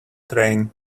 train